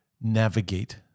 navigate